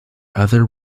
other